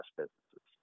businesses